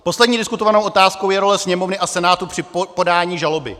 Poslední diskutovanou otázkou je role Sněmovny a Senátu při podání žaloby.